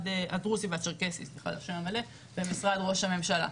הדרוזי והצ'רקסי במשרד ראש הממשלה,